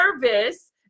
nervous